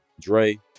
Dre